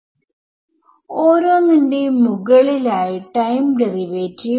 സ്പേസിൽ വേവ് ഉള്ള ഈ രൂപത്തിൽ ആണ് ട്രയൽ സൊല്യൂഷൻ